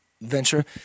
venture